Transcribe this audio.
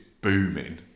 booming